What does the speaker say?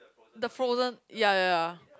the frozen ya ya ya